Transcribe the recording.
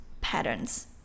patterns